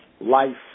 Life